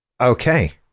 Okay